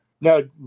No